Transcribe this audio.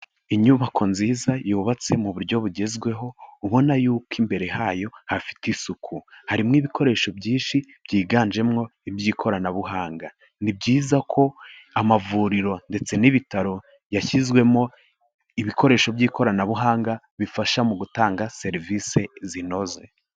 Inyubako nziza yubatse mu buryo bugezweho ubona yuko imbere hayo hafite isuku. Harimo ibikoresho byinshi byiganjemo iby'ikoranabuhanga. Ni byiza ko amavuriro ndetse n'ibitaro yashyizwemo ibikoresho by'ikoranabuhanga bifasha mu gutanga serivisi zinoze.